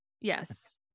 Yes